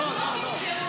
לא, לא, לא.